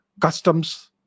customs